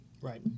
Right